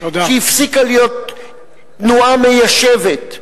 שהפסיקה להיות תנועה מיישבת.